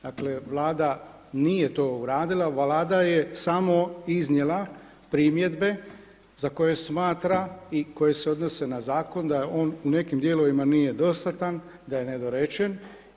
Dakle Vlada nije to uradila, Vlada je samo iznijela primjedbe za koje smatra i koje se odnose na zakon da on u nekim dijelovima nije dostatan, da je nedorečen.